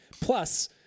plus